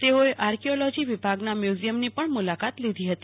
તેઓએ આકર્યોલોજી વિભાગના મ્યુઝિયમની પણ મુલાકાત લીધી હતી